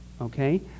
okay